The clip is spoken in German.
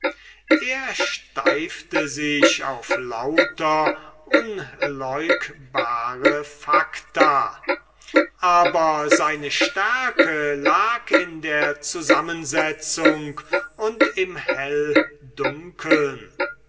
er steifte sich auf lauter unleugbare facta aber seine stärke lag in der zusammensetzung und im